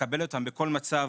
לקבל אותם בכל מצב,